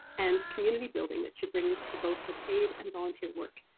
and community building that she brings to both her paid and volunteer work.